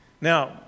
Now